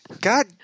God